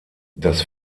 das